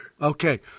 Okay